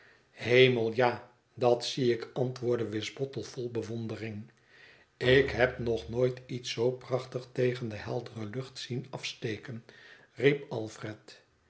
hemel ja dat zie ik antwoordde wisbottle vol bewondering ik heb nog nooit iets zoo prachtig tegen de heldere lucht zien afsteken riep